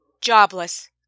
jobless